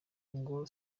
ngo